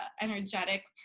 energetic